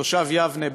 תושב יבנה,